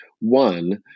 One